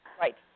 right